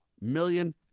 million